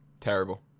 Terrible